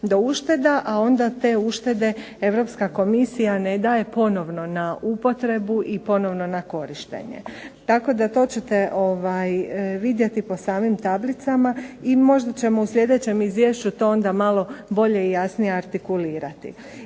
do ušteda, a onda te uštede Europska komisija ne daje ponovno na upotrebu i ponovno na korištenje, tako da to ćete vidjeti po samim tablicama. I možda ćemo u sljedećem izvješću to onda malo bolje i jasnije artikulirati.